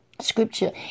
Scripture